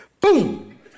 boom